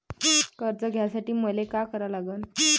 कर्ज घ्यासाठी मले का करा लागन?